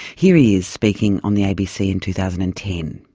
here he is speaking on the abc in two thousand and ten.